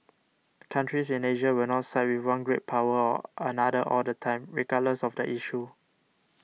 countries in Asia will not side with one great power or another all the time regardless of the issue